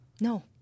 No